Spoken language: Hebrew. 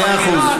מאה אחוז.